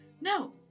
No